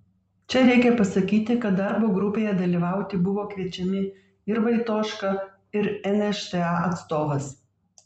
čia reikia pasakyti kad darbo grupėje dalyvauti buvo kviečiami ir vaitoška ir nšta atstovas